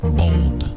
bold